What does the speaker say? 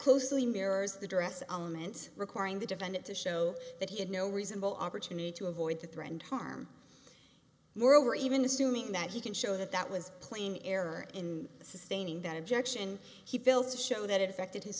closely mirrors the dress almonds requiring the defendant to show that he had no reasonable opportunity to avoid the threatened harm moreover even assuming that he can show that that was playing error in sustaining that objection he failed to show that it affected his